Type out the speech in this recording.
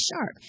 sharp